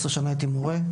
הייתי מורה,